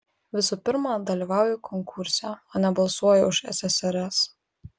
visų pirma dalyvauju konkurse o ne balsuoju už ssrs